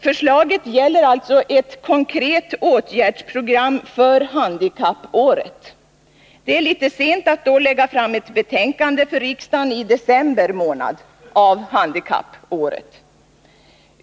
Förslaget gäller ett konkret åtgärdsprogram för handikappåret. Det är litet sent att då lägga fram ett betänkande för riksdagen i december månad under handikappåret.